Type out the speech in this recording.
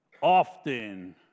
often